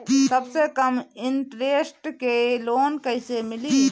सबसे कम इन्टरेस्ट के लोन कइसे मिली?